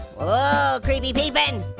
oh, creepy peeping.